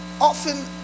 often